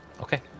Okay